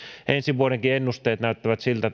ensi vuodenkin ennusteet näyttävät siltä